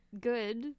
Good